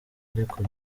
ariko